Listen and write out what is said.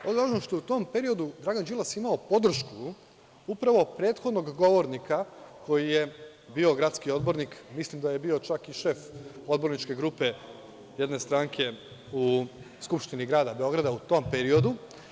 Ovde je važno što je u tom periodu Dragan Đilas imao podršku upravo prethodnog govornika koji je bio gradski odbornik, mislim da je bio čak i šef odborničke grupe jedne stranke u Skupštini grada Beograda u tom periodu.